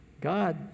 God